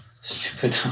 Stupid